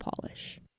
Polish